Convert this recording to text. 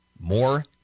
more